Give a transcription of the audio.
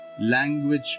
language